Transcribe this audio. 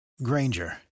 Granger